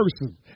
person